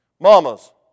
Mamas